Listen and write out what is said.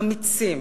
אמיצים,